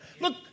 Look